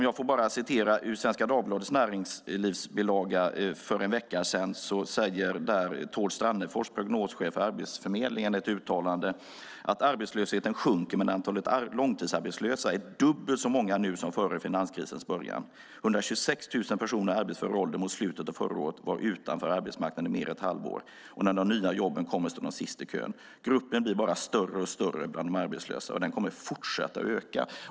Jag kan citera ur Svenska Dagbladets näringslivsbilaga för en vecka sedan där Tord Strannefors, prognoschef på Arbetsförmedlingen, säger i ett uttalande: Arbetslösheten sjunker, men antalet långtidsarbetslösa är dubbelt så stort nu som före finanskrisens början. 126 000 personer i arbetsför ålder mot slutet av förra året var utanför arbetsmarknaden mer än ett halvår, och när de nya jobben kommer står de sist i kön. "Gruppen blir större och större bland de arbetslösa. Och det kommer att fortsätta att öka."